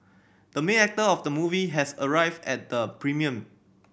the main actor of the movie has arrived at the premium